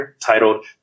titled